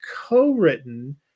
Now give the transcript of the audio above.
co-written